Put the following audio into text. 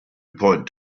point